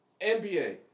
NBA